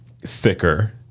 thicker